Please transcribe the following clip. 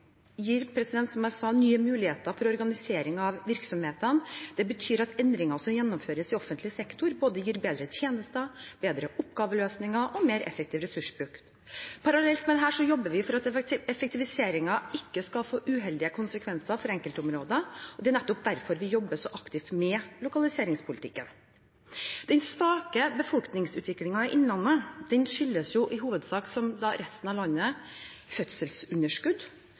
gir, som jeg sa, nye muligheter for organisering av virksomhetene. Det betyr at endringene som gjennomføres i offentlig sektor, gir både bedre tjenester, bedre oppgaveløsning og mer effektiv ressursbruk. Parallelt med dette jobber vi for at effektiviseringen ikke skal få uheldige konsekvenser for enkeltområder. Det er nettopp derfor vi jobber så aktivt med lokaliseringspolitikken. Den svake befolkningsutviklingen i Innlandet skyldes i hovedsak, som i resten av landet, fødselsunderskudd